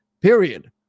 period